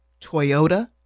Toyota